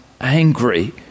angry